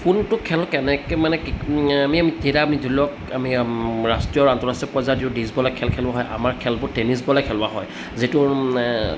কোনটো খেল কেনেকৈ মানে আমি আমি ধৰি লওক আমি ৰাষ্ট্ৰীয় আন্তঃৰাষ্ট্ৰীয় পৰ্য্য়ায়ত যিটো ডিছবলে খেল খেলোৱা হয় আমাৰ খেলবোৰ টেনিছ বলে খেলোৱা হয় যিটো